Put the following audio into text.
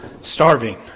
starving